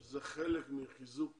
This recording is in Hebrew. שזה חלק מחיזוק